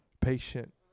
Patient